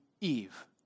Eve